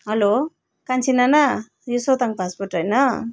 hello कान्छी नाना यो सोताङ फास्टफुड होइन